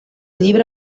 llibre